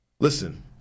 Listen